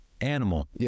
animal